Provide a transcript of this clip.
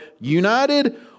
united